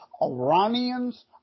Iranians